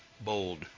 bold